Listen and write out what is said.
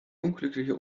unglücklicher